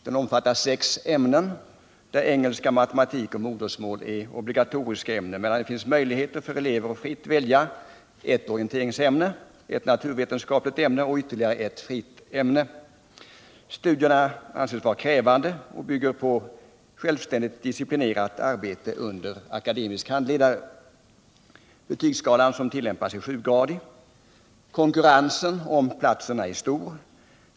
Den omfattar sex ämnen, där engelska, matematik och modersmål är obligatoriska medan det finns möjligheter för eleverna att fritt välja ett orienteringsämne, ett naturvetenskapligt ämne och ytterligare ett fritt ämne. Studierna anses vara krävande och bygger på självständigt disciplinerat arbete under akademisk handledare. Betygsskalan som tillämpas är sjugradig. Konkurrensen om platserna är stor.